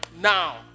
now